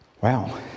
wow